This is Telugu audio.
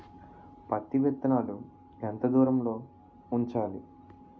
పత్తి విత్తనాలు ఎంత దూరంలో ఉంచాలి?